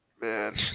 man